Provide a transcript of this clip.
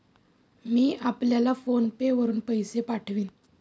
मी आपल्याला PhonePe वरुन पैसे पाठवीन